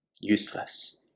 useless